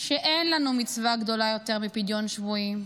שאין לנו מצווה גדולה יותר מפדיון שבויים,